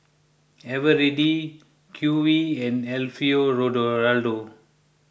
Eveready Q V and Alfio Raldo